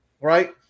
right